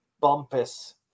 Bumpus